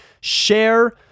Share